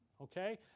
okay